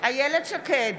אילת שקד,